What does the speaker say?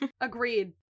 Agreed